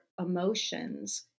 emotions